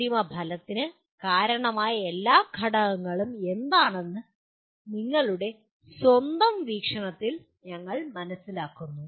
അന്തിമഫലത്തിന് കാരണമായ എല്ലാ ഘടകങ്ങളും എന്താണെന്ന് നിങ്ങളുടെ സ്വന്തം വീക്ഷണത്തിൽ നിങ്ങൾ മനസ്സിലാക്കുന്നു